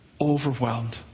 overwhelmed